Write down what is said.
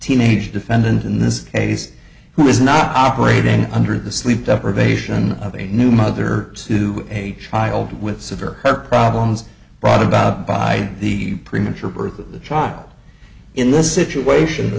teenage defendant in this case who is not operating under the sleep deprivation of a new mother to a child with severe problems brought about by the premature birth of the child in this situation